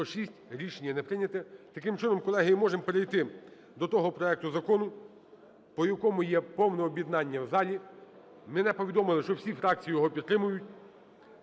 Таким чином, колеги, можемо перейти до того проекту закону, по якому є повне об'єднання в залі. Мене повідомили, що всі фракції його підтримають.